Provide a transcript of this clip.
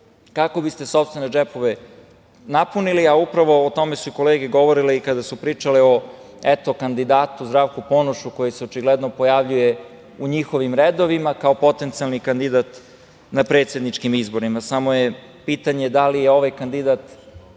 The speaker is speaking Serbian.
kako biste sopstvene džepove napunili, a upravo o tome su i kolege govorile kada su pričale o kandidatu Zdravku Ponošu koji se očigledno pojavljuje u njihovim redovima, kao potencijalni kandidat na predsedničkim izborima. Pitanje je da li je ovaj kandidat